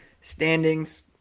standings